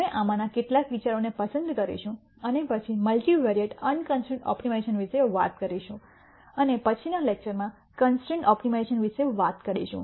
અમે આમાંના કેટલાક વિચારોને પસંદ કરીશું અને પછી મલ્ટિવિઅરિયેટ અનકન્સ્ટ્રૈન્ટ ઓપ્ટિમાઇઝેશન વિશે વાત કરીશું અને પછી ના લેકચર માં કન્સ્ટ્રૈન્ટ ઓપ્ટિમાઇઝેશન વિશે વાત કરીશું